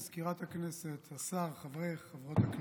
מזכירת הכנסת, השר, חברי וחברות הכנסת,